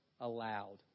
allowed